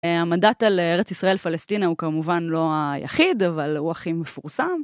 המדעת על ארץ ישראל פלסטינה הוא כמובן לא היחיד, אבל הוא הכי מפורסם.